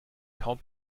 kaum